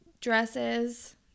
dresses